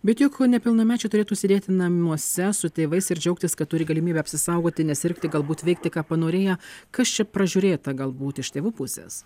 bet juk nepilnamečiai turėtų sėdėti namuose su tėvais ir džiaugtis kad turi galimybę apsisaugoti nesirgti galbūt veikti ką panorėję kas čia pražiūrėta galbūt iš tėvų pusės